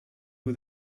who